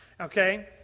okay